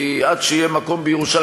עד שיהיה מקום בירושלים.